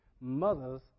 Mothers